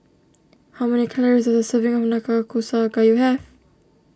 how many calories does a serving of Nanakusa Gayu have